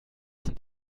sind